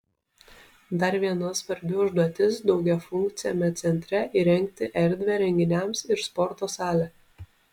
dar viena svarbi užduotis daugiafunkciame centre įrengti erdvę renginiams ir sporto salę